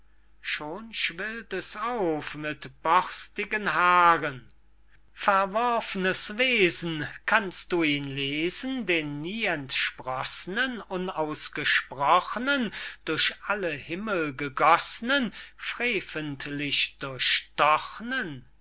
schon schwillt es auf mit borstigen haaren verworfnes wesen kannst du ihn lesen den nie entsprossnen unausgesprochnen durch alle himmel gegossnen freventlich